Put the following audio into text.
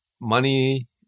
money